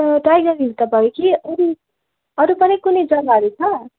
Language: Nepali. टाइगर हिल त भयो कि अरू अरू पनि कुनै जग्गाहरू छ